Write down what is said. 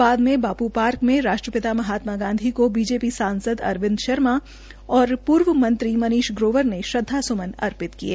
बाद मे बाप् पार्क में राष्ट्रपिता महात्मा गांधी को बीजेपी सांसद अरविंद शर्मा व पूर्व मंत्री मनीष ग्रोवर ने श्रद्वास्मन अर्पित किये